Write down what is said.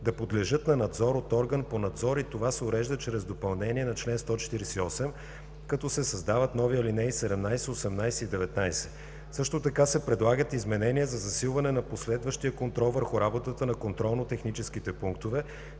да подлежат на надзор от орган по надзор и това се урежда чрез допълнение на чл. 148, като се създават нови алинеи 17, 18 и 19. Също така се предлагат изменения за засилване на последващия контрол върху работата на контролно-техническите пунктове,